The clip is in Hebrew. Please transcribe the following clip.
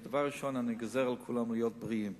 אז דבר ראשון אני גוזר על כולם להיות בריאים.